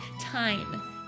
Time